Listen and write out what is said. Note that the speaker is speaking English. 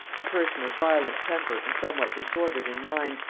a person of violent temper and somewhat disordered in mind,